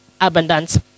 abundance